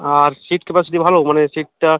আর seat capacity ভালো মানে সিটটা